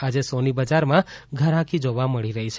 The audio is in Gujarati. આજે સોની બજારમાં ઘરાકી જોવા મળી રહી છે